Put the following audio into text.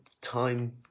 time